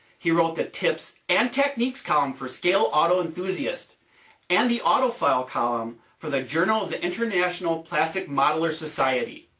he wrote the tips and techniques column for scale auto enthusiast and the auto file column for the journal of the international plastic modeler society.